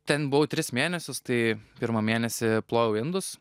ten buvau tris mėnesius tai pirmą mėnesį ploviau indus